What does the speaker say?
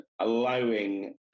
allowing